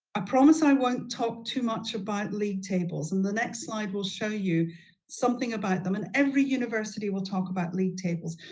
ah promise i won't talk too much about league tables. and the next slide we'll show you something about them. and every university will talk about league tables.